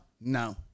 no